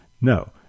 No